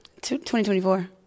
2024